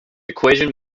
equation